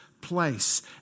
place